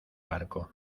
barco